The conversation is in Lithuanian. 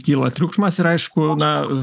kyla triukšmas ir aišku na